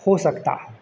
हो सकता है